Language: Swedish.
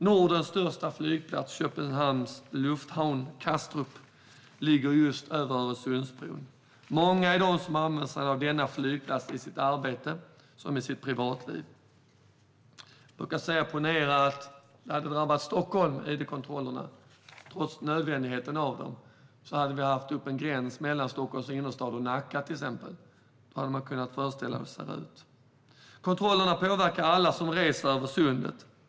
Nordens största flygplats Köpenhamns lufthavn Kastrup ligger just vid Öresundsbron. Det är många som använder sig av denna flygplats, såväl i sitt arbete som i sitt privatliv. Ponera att om det hade varit nödvändigt att införa id-kontroller i Stockholm hade det upprättats en gräns mellan till exempel Stockholms innerstad och Nacka. Då kan man föreställa sig hur det hade sett ut. Kontrollerna påverkar alla som reser över Sundet.